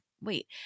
Wait